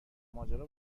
ماجرا